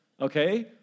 okay